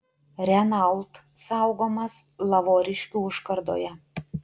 renault saugomas lavoriškių užkardoje